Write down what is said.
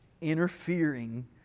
interfering